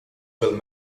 google